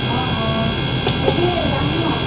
অঁ অঁ তাকে যাম ন